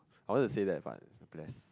I wanted to say that but bless